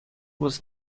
was